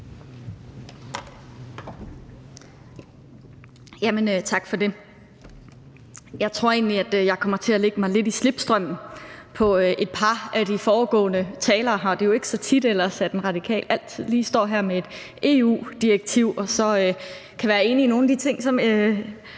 Tak for det. Jeg tror egentlig, at jeg kommer til at lægge mig lidt i slipstrømmen af et par af de foregående talere her. Det er jo ellers ikke så tit, at en radikal lige står her med et EU-direktiv og kan være enig i nogle af de ting, som